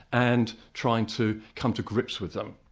and trying to come to grips with them.